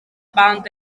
band